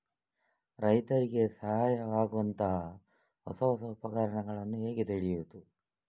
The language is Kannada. ರೈತರಿಗೆ ಸಹಾಯವಾಗುವಂತಹ ಹೊಸ ಹೊಸ ಉಪಕರಣಗಳನ್ನು ಹೇಗೆ ತಿಳಿಯುವುದು?